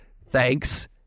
Thanks